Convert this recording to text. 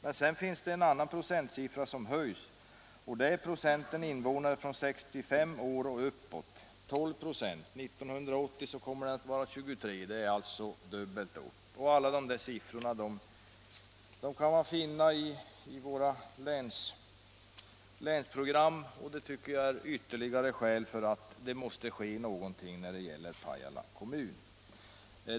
Men det finns en procentsiffra som höjs, och det är procenten invånare från 65 år och uppåt: 1970 var denna procentsiffra 12, 1980 kommer den att vara 23 — alltså dubbelt upp. Alla de där siffrorna kan man finna i våra länsprogram, och det tycker jag är ytterligare skäl för att det måste ske någonting när det gäller Pajala kommun.